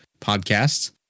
podcasts